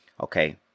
Okay